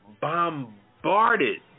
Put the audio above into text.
bombarded